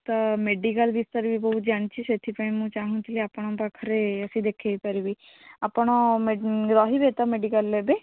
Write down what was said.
ତ ମେଡ଼ିକାଲ୍ ବିଷୟରେ ବି ବହୁତ ଜାଣିଛି ସେଥିପାଇଁ ମୁଁ ଚାହୁଁଥିଲି ଆପଣଙ୍କ ପାଖରେ ଆସି ଦେଖାଇ ପାରିବି ଆପଣ ରହିବେ ତ ମେଡ଼ିକାଲ୍ରେ ଏବେ